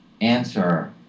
answer